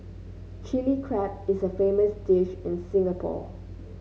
Chilli Crab is a famous dish in Singapore